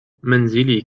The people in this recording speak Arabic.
منزلي